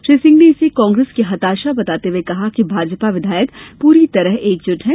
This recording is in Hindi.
श्री सिंह ने इसे कांग्रेस की हताशा बताते हुए कहा कि भाजपा विधायक पूरी तरह एकजुट हैं